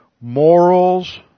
morals